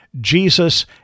Jesus